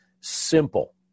simple